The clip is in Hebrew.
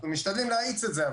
אנחנו משתדלים להאיץ את זה.